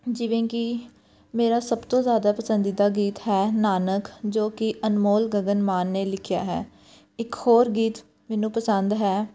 ਜਿਵੇਂ ਕਿ ਮੇਰਾ ਸਭ ਤੋਂ ਜ਼ਿਆਦਾ ਪਸੰਦੀਦਾ ਗੀਤ ਹੈ ਨਾਨਕ ਜੋ ਕਿ ਅਨਮੋਲ ਗਗਨ ਮਾਨ ਨੇ ਲਿਖਿਆ ਹੈ ਇੱਕ ਹੋਰ ਗੀਤ ਮੈਨੂੰ ਪਸੰਦ ਹੈ